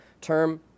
term